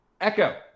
Echo